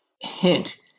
hint